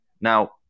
Now